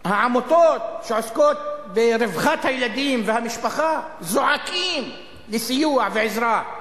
העמותות שעוסקות ברווחת הילדים והמשפחה זועקים לסיוע ועזרה,